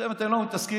איתכם לא מתעסקים.